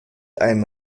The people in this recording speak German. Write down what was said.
ein